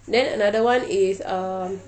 then another [one] is um